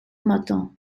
matin